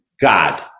God